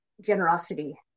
generosity